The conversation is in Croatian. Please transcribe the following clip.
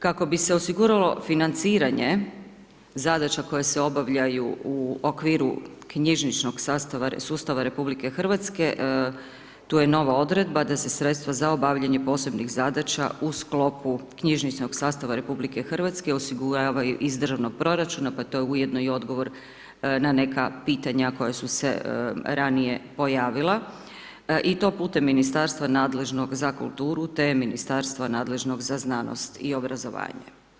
Kako bi se osiguralo financiranje zadaća koje je obavljaju u okviru knjižničnog sastava sustava RH tu je nova odredba da se sredstva za obavljanje posebnih zadaća u sklopu knjižničnog sastava RH osiguravaju iz državnog proračuna, pa je to ujedno i odgovor na neka pitanja koja su se ranije pojavila i to putem ministarstva nadležnog za kulturu te ministarstva nadležnog za znanost i obrazovanje.